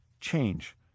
change